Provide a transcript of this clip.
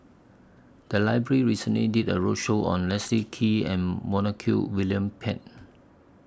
The Library recently did A roadshow on Leslie Kee and Montague William Pett